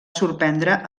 sorprendre